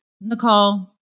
Nicole